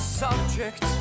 subject